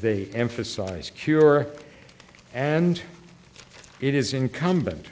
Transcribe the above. they emphasize cure and it is incumbent